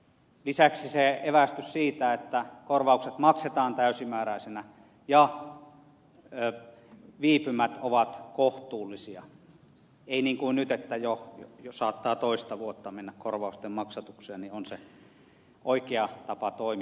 lisäksi se evästys siitä että korvaukset maksetaan täysimääräisinä ja viipymät ovat kohtuullisia ei niin kuin nyt että saattaa toista vuotta mennä korvausten maksatukseen on se oikea tapa toimia